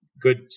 good